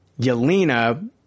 Yelena